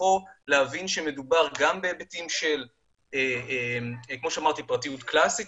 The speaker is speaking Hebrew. מתוכו להבין שמדובר גם בהיבטים של פרטיות קלאסית,